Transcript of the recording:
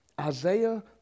Isaiah